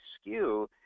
skew